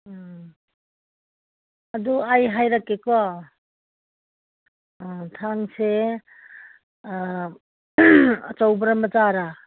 ꯎꯝ ꯑꯗꯨ ꯑꯩ ꯍꯥꯏꯔꯛꯀꯦꯀꯣ ꯊꯥꯡꯁꯦ ꯑꯆꯧꯕꯔꯥ ꯃꯆꯥꯔꯥ